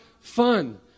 fun